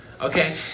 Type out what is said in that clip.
Okay